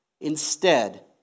Instead